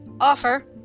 Offer